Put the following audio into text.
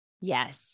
Yes